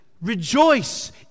Rejoice